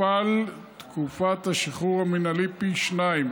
תוכפל תקופת השחרור המינהלי פי שניים.